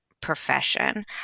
profession